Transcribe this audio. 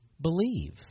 believe